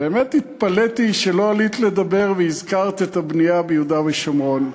באמת התפלאתי שלא עלית לדבר ולהזכיר את הבנייה ביהודה ושומרון,